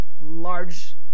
large